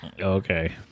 Okay